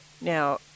Now